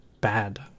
bad